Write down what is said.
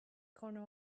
corner